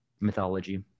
mythology